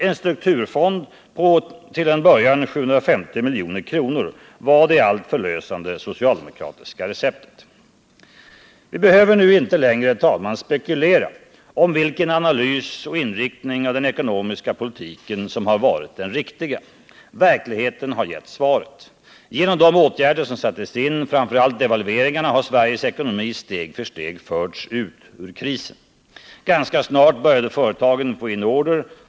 En strukturfond på till en början 750 milj.kr. var det allt förlösande socialdemokratiska receptet. Vi behöver nu inte längre spekulera om vilken analys och inriktning av den ekonomiska politiken som har varit den riktiga. Verkligheten har gett svaret. Genom de åtgärder som sattes in, framför allt devalveringarna, har Sveriges ekonomi steg för steg förts ut ur krisen. Ganska snart började företagen få in order.